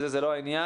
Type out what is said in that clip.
זה לא העניין.